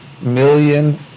million